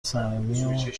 صمیمی